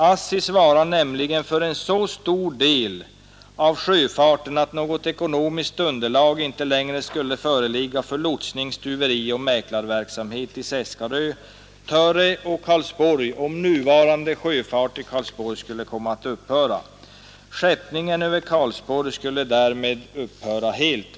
ASSI svarar nämligen för en så stor del av sjötrafiken att något ekonomiskt underlag inte längre skulle föreligga för lotsning, stuverioch mäklarverksamhet i Seskarö, Töre och Karlsborg om nuvarande sjöfart i Karlsborg skulle komma att upphöra. Skeppningen över Karlsborg skulle därmed upphöra helt.